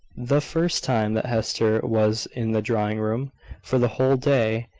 the first time that hester was in the drawing-room for the whole day,